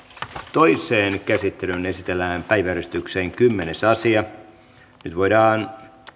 toiseen käsittelyyn esitellään päiväjärjestyksen kymmenes asia nyt voidaan